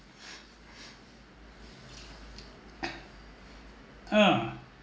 uh